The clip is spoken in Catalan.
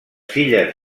filles